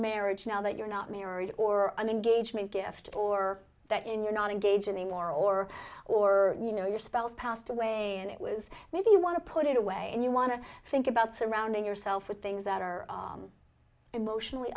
marriage now that you're not married or an engagement gift or that in you're not engage anymore or or you know your spells passed away and it was maybe you want to put it away and you want to think about surrounding yourself with things that are emotionally